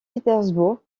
pétersbourg